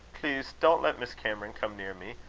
please, don't let miss cameron come near me.